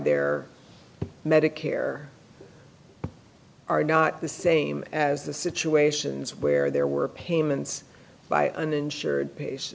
their medicare are not the same as the situations where there were payments by uninsured pays